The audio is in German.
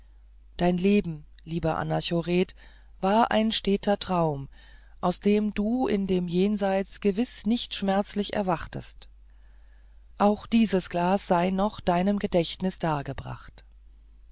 dein leben lieber anachoret war ein steter traum aus dem du in dem jenseits gewiß nicht schmerzlich erwachtest auch dieses glas sei noch deinem gedächtnis dargebracht